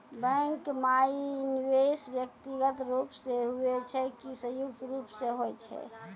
Bank माई निवेश व्यक्तिगत रूप से हुए छै की संयुक्त रूप से होय छै?